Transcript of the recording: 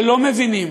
שלא מבינים